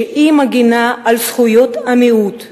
שהיא מגינה על זכויות המיעוט וקובעת: